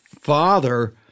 father